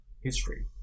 history